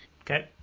Okay